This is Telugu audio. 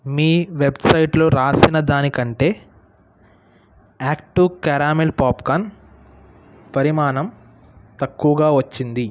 మీ వెబ్సైటులో రాసినదానికంటే యాక్ట్ టూ క్యారమెల్ పాప్కార్న్ పరిమాణం తక్కువగా వచ్చింది